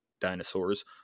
dinosaurs